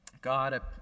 God